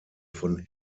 von